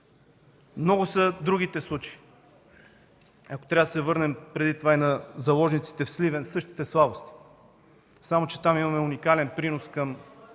Много са другите случаи. Ако трябва да се върнем преди това и на заложниците в Сливен – същата слабост, само че там имаме уникален принос към